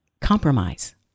Compromise